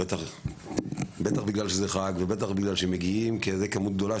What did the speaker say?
בטח בגלל שזה חג ובטח בגלל שמגיעים הרבה יהודים.